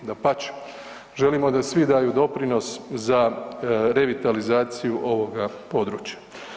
Dapače, želimo da svi daju doprinos za revitalizaciju ovoga područja.